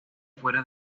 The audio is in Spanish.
fuera